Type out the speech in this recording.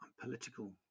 political